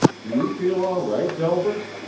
do you feel all right, delbert?